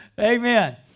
Amen